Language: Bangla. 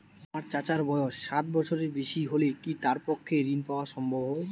আমার চাচার বয়স ষাট বছরের বেশি হলে কি তার পক্ষে ঋণ পাওয়া সম্ভব হবে?